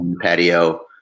patio